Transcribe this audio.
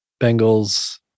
Bengals